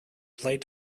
played